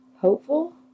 hopeful